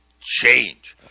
change